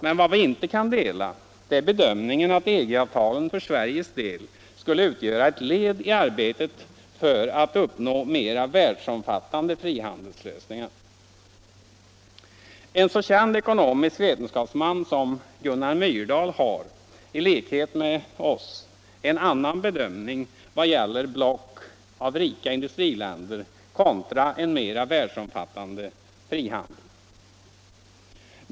Men vad vi inte kan dela är bedömningen att EG-avtalen för Sveriges del skulle utgöra ett led i arbetet för att uppnå mera världsomfattande frihandelslösningar. En så känd ekonomisk vetenskapsman som Gunnar Myrdal har, i likhet med oss, en annan bedömning vad gäller block av rika industriländer kontra en mera världsomfattande frihandel.